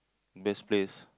best place